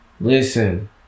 listen